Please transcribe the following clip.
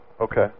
Okay